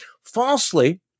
falsely